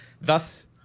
thus